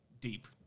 Deep